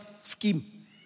scheme